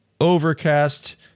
Overcast